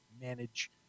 manage